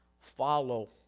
follow